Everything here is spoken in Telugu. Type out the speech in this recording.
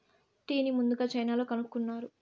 టీని ముందుగ చైనాలో కనుక్కున్నారు